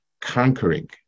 conquering